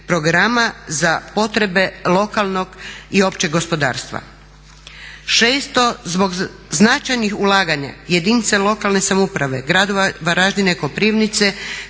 programa za potrebe lokalnog i općeg gospodarstva. Zbog značajnih ulaganja jedinice lokalne samouprave, gradova Varaždina i Koprivnice